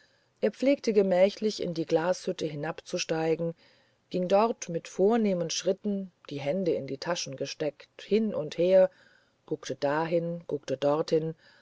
er pflegte gemächlich in die glashütte hinabzusteigen ging dort mit vornehmen schritten die hände in die taschen gesteckt hin und her guckte dahin guckte dorthin